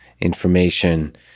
information